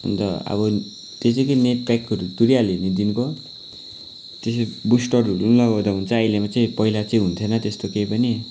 अन्त अब त्यो चाहिँ के नेटप्याकहरू तुरिहाल्यो भने दिनको त्यो चाहिँ बुस्टरहरू पनि लगाउँदा हुन्छ अहिलेको चाहिँ पहिला चाहिँ हुन्थेन त्यस्तो केही पनि